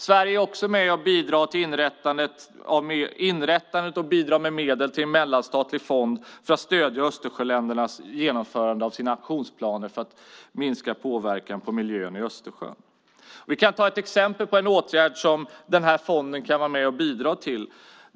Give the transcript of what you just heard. Sverige är också med och bidrar till inrättandet av och bidrar med medel till en mellanstatlig fond för att stödja Östersjöländernas genomförande av sina aktionsplaner för att minska påverkan på miljön i Östersjön. Vi kan ta ett exempel på en åtgärd som fonden kan vara med och bidra till.